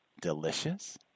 delicious